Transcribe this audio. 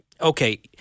okay